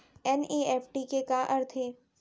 NEFT के का अर्थ है?